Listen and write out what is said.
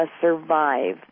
survive